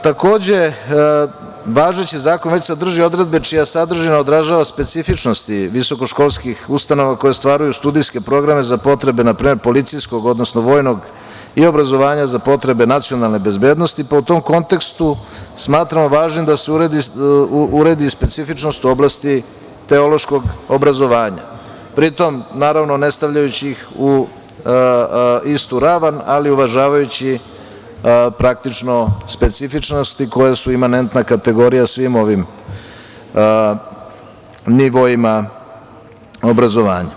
Takođe, važeći zakon već sadrži odredbe čija sadržina odražava specifičnosti visokoškolskih ustanova koja ostvaruju studijske programe za potrebe na primer policijskog, odnosno vojnog i obrazovanja za potrebe nacionalne bezbednosti, pa u tom kontekstu smatramo važnim da se uredi specifičnost u oblasti teološkog obrazovanja, pri tome, naravno, ne stavljajući ih u istu ravan, ali uvažavajući praktično specifičnosti koja su imanentna kategorija svim ovim nivoima obrazovanja.